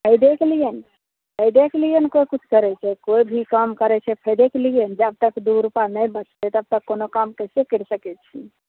तब देखि लियनि तब देखि लियैन कोइ कुछ कैर के कोइ भी काम करै छै फैदे के लिए नऽ जबतक दू गो रूपा नै बचतै तबतक कोनो काम कैसे कैर सकै छी